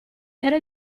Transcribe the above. era